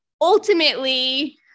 ultimately